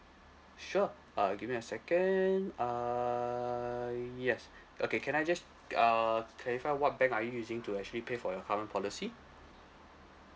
sure uh give me a second err yes okay can I just err clarify what bank are you using to actually pay for your current policy